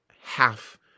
half